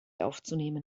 aufzunehmen